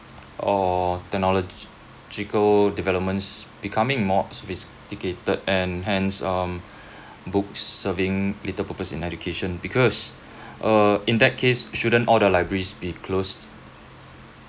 or technological developments becoming more sophisticated and hence um books serving little purpose in education because uh in that case shouldn't all the libraries be closed